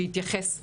שיתייחס ל-1325,